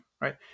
right